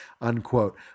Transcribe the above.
unquote